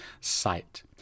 sight